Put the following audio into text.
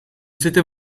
c’était